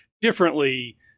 differently